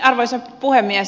arvoisa puhemies